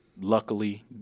luckily